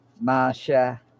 Masha